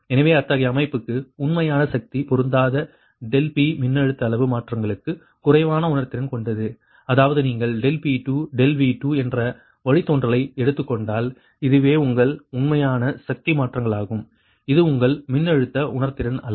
எனவே அத்தகைய அமைப்புக்கு உண்மையான சக்தி பொருந்தாத ∆P மின்னழுத்த அளவு மாற்றங்களுக்கு குறைவான உணர்திறன் கொண்டது அதாவது நீங்கள் ∆P2 ∆V2 என்ற வழித்தோன்றலை எடுத்துக் கொண்டால் இதுவே உங்கள் உண்மையான சக்தி மாற்றங்களாகும் இது உங்கள் மின்னழுத்த உணர்திறன் அல்ல